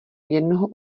jednoho